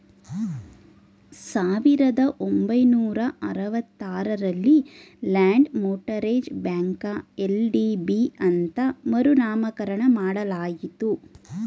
ಸಾವಿರದ ಒಂಬೈನೂರ ಅರವತ್ತ ಆರಲ್ಲಿ ಲ್ಯಾಂಡ್ ಮೋಟರೇಜ್ ಬ್ಯಾಂಕ ಎಲ್.ಡಿ.ಬಿ ಅಂತ ಮರು ನಾಮಕರಣ ಮಾಡಲಾಯಿತು